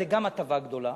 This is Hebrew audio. זו גם הטבה גדולה,